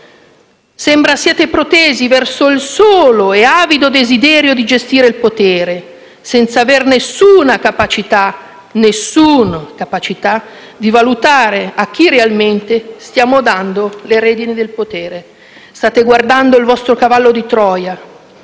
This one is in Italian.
Sembra siate protesi verso il solo e avido desiderio di gestire il potere, senza avere nessuna capacità di valutare a chi realmente stiamo dando le redini del potere. State guardando il vostro cavallo di Troia